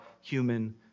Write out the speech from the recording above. human